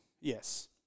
Yes